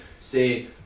say